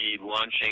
launching